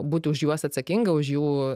būti už juos atsakinga už jų